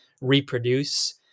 reproduce